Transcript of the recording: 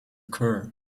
occur